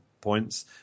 points